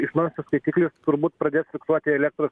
išmanusis skaitiklis turbūt pradės fiksuoti elektros